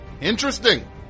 Interesting